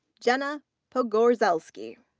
jenna pogorzelski.